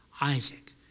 Isaac